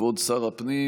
כבוד שר הפנים